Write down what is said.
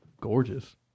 gorgeous